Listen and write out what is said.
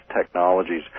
technologies